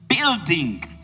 building